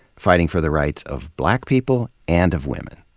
fighting for the rights of black people and of women.